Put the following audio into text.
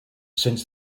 since